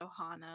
Ohana